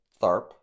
Tharp